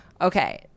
Okay